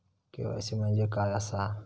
KYC म्हणजे काय आसा?